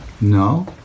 No